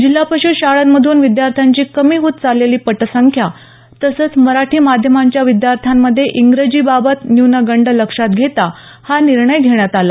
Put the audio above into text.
जिल्हा परिषद शाळांमधून विद्यार्थ्यांची कमी होत चाललेली पटसंख्या तसचं मराठी माध्यमांच्या विद्यार्थ्यांमध्ये इंग्रजीबाबत न्यूनगंड लक्षात घेता हा निर्णय घेण्यात आला